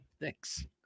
Thanks